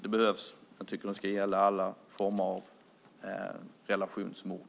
Jag tycker att de ska gälla alla former av relationsmord.